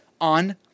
on